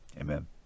Amen